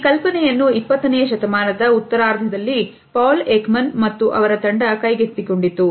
ಈ ಕಲ್ಪನೆಯನ್ನು 20ನೆಯ ಶತಮಾನದ ಉತ್ತರಾರ್ಧದಲ್ಲಿ Paul Ekman ಮತ್ತು ಅವರ ತಂಡ ಕೈಗೆತ್ತಿಕೊಂಡಿತು